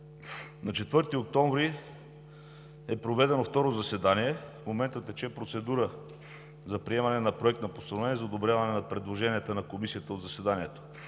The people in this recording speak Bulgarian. На 4 октомври е проведено второ заседание. В момента тече процедура за приемане на Проект на постановление за одобряване на предложенията на Комисията от заседанието.